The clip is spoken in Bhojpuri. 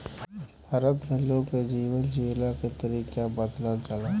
भारत में लोग के जीवन जियला के तरीका बदलल जाला